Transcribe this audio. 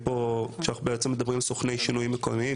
כשאנחנו מדברים פה על סוכני שינוי מקומיים,